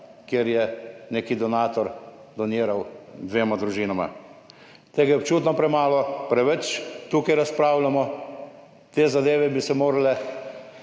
kjer je neki donator doniral dvema družinama. Tega je občutno premalo, preveč tukaj razpravljamo. Te zadeve bi se morale